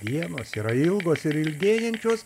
dienos yra ilgos ir ilgėjančios